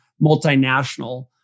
multinational